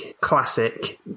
classic